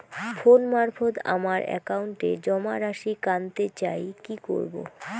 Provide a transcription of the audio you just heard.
Phone মারফত আমার একাউন্টে জমা রাশি কান্তে চাই কি করবো?